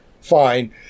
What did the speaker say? Fine